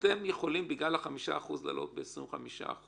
יכולים בגלל ה-5% להעלות ב-25%